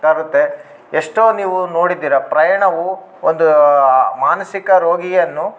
ತರುತ್ತೆ ಎಷ್ಟೋ ನೀವು ನೋಡಿದ್ದೀರ ಪ್ರಯಾಣವು ಒಂದು ಆ ಮಾನಸಿಕ ರೋಗಿಯನ್ನು